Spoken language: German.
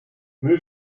müll